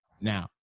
Now